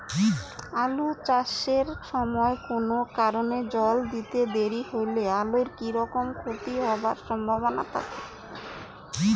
আলু চাষ এর সময় কুনো কারণে জল দিতে দেরি হইলে আলুর কি রকম ক্ষতি হবার সম্ভবনা থাকে?